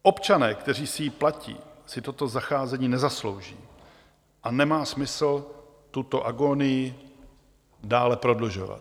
Občané, kteří si ji platí, si toto zacházení nezaslouží a nemá smysl tuto agonii dále prodlužovat.